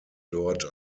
dort